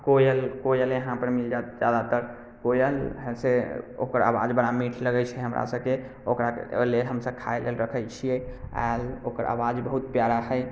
कोयल कोयल यहाँपर मिल जायत ज्यादातर कोयल से ओकर आवाज बड़ा मीठ लगैत छै हमरासभके ओकरा लेल हमसभ खाय लेल रखैत छियै आ ओकर आवाज बहुत प्यारा हइ